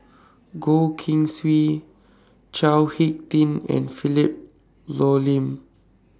Goh Keng Swee Chao Hick Tin and Philip Hoalim